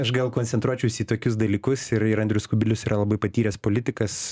aš gal koncentruočiausi į tokius dalykus ir ir andrius kubilius yra labai patyręs politikas